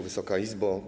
Wysoka Izbo!